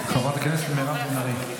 חברת הכנסת מירב בן ארי.